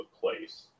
place